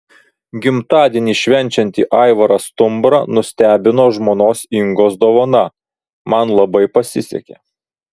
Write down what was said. gimtadienį švenčiantį aivarą stumbrą nustebino žmonos ingos dovana man labai pasisekė